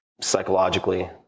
psychologically